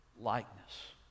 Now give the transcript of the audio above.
likeness